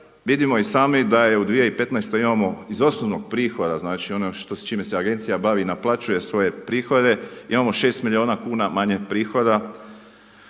vidimo i sami da je u 2015. imamo iz osnovnog prihoda znači ono s čime se agencija bavi i naplaćuje svoje prihode, imamo šest milijuna kuna manje prihoda